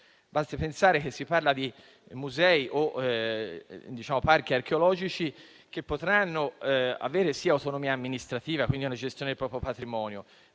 Basti pensare che si parla di musei o parchi archeologici che potranno avere - sì - autonomia amministrativa (quindi la gestione del proprio patrimonio),